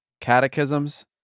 catechisms